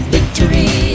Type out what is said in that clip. Victory